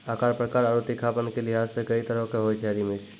आकार, प्रकार आरो तीखापन के लिहाज सॅ कई तरह के होय छै हरी मिर्च